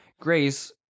Grace